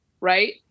Right